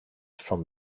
from